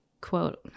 quote